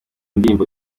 ndirimbo